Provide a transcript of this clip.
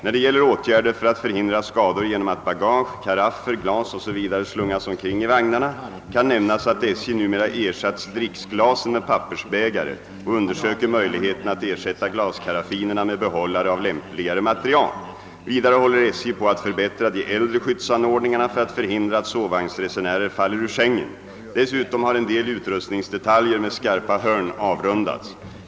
När det gäller åtgärder för att förhindra skador genom att bagage, karaffer, glas, osv. slungas omkring i vagnarna kan nämnas att SJ numera ersatt dricksglasen med pappersbägare och undersöker möjligheterna att ersätta glaskaraffinerna med behållare av lämpligare material. Vidare håller SJ på att förbättra de äldre skyddsanordningarna för att förhindra att sovvagnsresenärer faller ur sängen. Dessutom har en del utrustningsdetaljer med skarpa hörn avrundats.